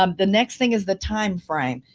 um the next thing is the timeframe.